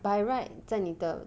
by right 在你的